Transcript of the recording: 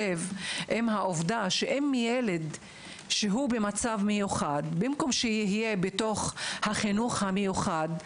לעיתים נקבע כי ילד במצב מיוחד יהיה בכיתה משולבת ולא בחינוך מיוחד,